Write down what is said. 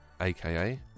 AKA